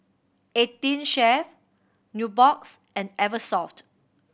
Eighteen Chef Nubox and Eversoft